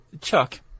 Chuck